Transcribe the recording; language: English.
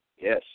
yes